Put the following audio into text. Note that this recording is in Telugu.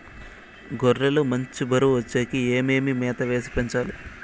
గొర్రె లు మంచి బరువు వచ్చేకి ఏమేమి మేత వేసి పెంచాలి?